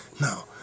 Now